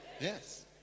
Yes